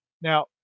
Now